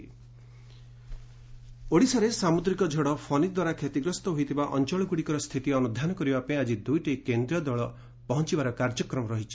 Odisha cyclone ଓଡ଼ିଶାରେ ସାମୁଦ୍ରିକ ଝଡ଼ ଫନୀଦ୍ୱାରା କ୍ଷତିଗ୍ରସ୍ତ ହୋଇଥିବା ଅଞ୍ଚଳଗୁଡ଼ିକର ସ୍ଥିତି ଅନୁଧ୍ୟାନ କରିବା ପାଇଁ ଆଜି ଦୁଇଟି କେନ୍ଦ୍ରୀୟ ଦଳ ପହଞ୍ଚବାର କାର୍ଯ୍ୟକ୍ରମ ରହିଛି